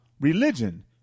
religion